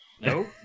Nope